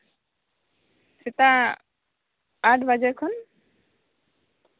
ᱥᱮᱛᱟᱜ ᱟᱴ ᱵᱟᱡᱮ ᱠᱷᱚᱱ